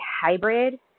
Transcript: hybrid